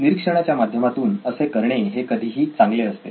निरीक्षणाच्या माध्यमातून असे करणे हे कधीही चांगले असते